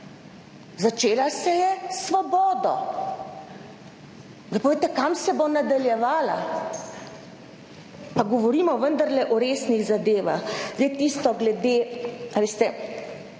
Začela se je s Svobodo. Daj povejte kam se bo nadaljevala, pa govorimo vendarle o resnih zadevah. Zdaj tisto glede, a veste,